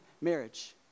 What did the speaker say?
marriage